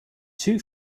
two